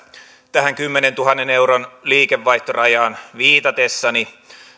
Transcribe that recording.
tähän kymmenentuhannen euron liikevaihtorajaan viitatessani